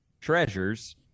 treasures